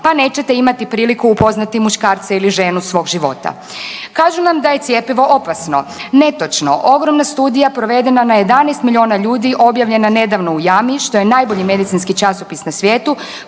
pa nećete imati priliku upoznati muškarca ili ženu svog života. Kažu nam da je cjepivo opasno. Netočno, ogromna studija provedena na 11 milijuna ljudi objavljena nedavno u JAMA-i što je najbolji medicinski časopis na svijetu